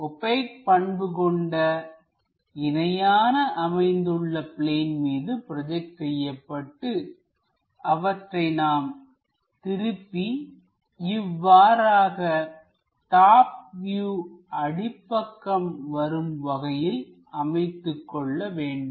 ஓபெக் பண்பு கொண்ட இணையாக அமைந்துள்ள பிளேன் மீது ப்ரோஜெக்ட் செய்யப்பட்டு அவற்றை நாம் திருப்பி இவ்வாறாக டாப் வியூ அடிப்பக்கம் வரும் வகையில் அமைத்துக் கொள்ள வேண்டும்